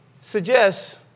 suggest